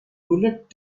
bullet